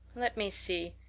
let me see.